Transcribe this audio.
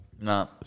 No